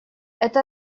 это